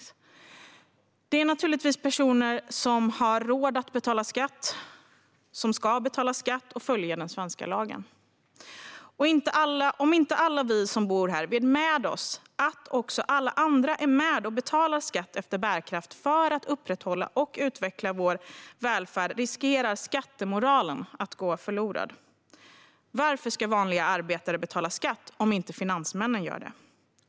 Detta är naturligtvis personer som har råd att betala skatt och som ska betala skatt och följa den svenska lagen. Om inte alla vi som bor här vet med oss att också alla andra är med och betalar skatt efter bärkraft för att upprätthålla och utveckla vår välfärd, riskerar skattemoralen att gå förlorad. Varför ska vanliga arbetare betala skatt om inte finansmännen gör det?